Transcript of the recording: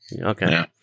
Okay